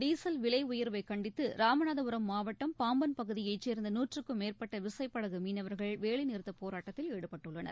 diesel விலைஉயர்வைகண்டித்தராமநாதபுரம் மாவட்டம் பாம்பன் பகுதியைச் சேர்ந்தநாற்றுக்கும் மேற்பட்டவிசைப்படகுமீனவர்கள் வேலைநிறுத்தப் போராட்டத்தில் ஈடுபட்டுள்ளனர்